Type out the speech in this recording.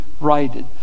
righted